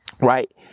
right